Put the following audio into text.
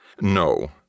No